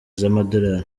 z’amadolari